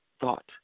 thought